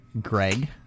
Greg